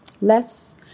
less